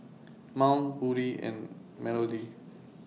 Mont Buddy and Melodee